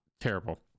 terrible